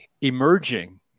emerging